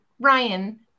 Ryan